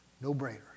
No-brainer